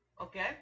Okay